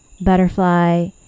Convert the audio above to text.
butterfly